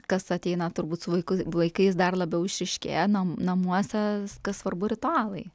kas ateina turbūt su vaikų vaikais dar labiau išryškėja nam namuose kas svarbu ritualai